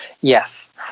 Yes